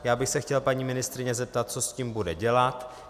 Já bych se chtěl paní ministryně zeptat, co s tím bude dělat.